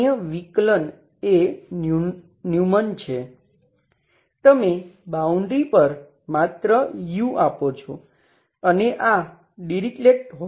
તમે બાઉન્ડ્રી પર માત્ર u આપો છો અને આ ડિરીક્લેટ હોય છે